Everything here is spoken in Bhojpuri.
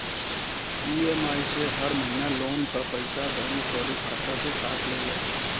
इ.एम.आई से हर महिना लोन कअ पईसा बैंक तोहरी खाता से काट लेले